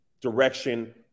direction